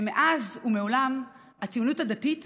שמאז ומעולם הציונות הדתית